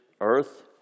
earth